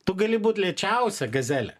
tu gali būt lėčiausia gazelė